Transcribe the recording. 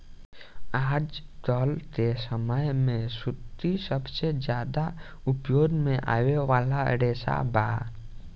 आजकल के समय में सूती सबसे ज्यादा उपयोग में आवे वाला रेशा बा